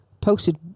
Posted